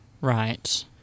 Right